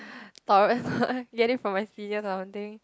torrent lor get it from my seniors or something